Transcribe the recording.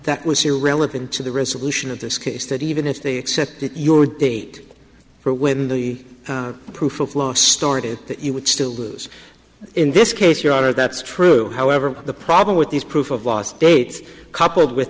that was irrelevant to the resolution of this case that even if they accepted your date for when the proof of law started that you would still lose in this case your honor that's true however the problem with these proof of law states coupled with